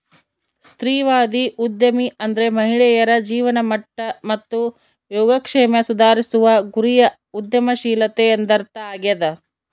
ಸ್ತ್ರೀವಾದಿ ಉದ್ಯಮಿ ಅಂದ್ರೆ ಮಹಿಳೆಯರ ಜೀವನಮಟ್ಟ ಮತ್ತು ಯೋಗಕ್ಷೇಮ ಸುಧಾರಿಸುವ ಗುರಿಯ ಉದ್ಯಮಶೀಲತೆ ಎಂದರ್ಥ ಆಗ್ಯಾದ